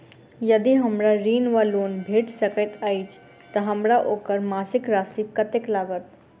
यदि हमरा ऋण वा लोन भेट सकैत अछि तऽ हमरा ओकर मासिक राशि कत्तेक लागत?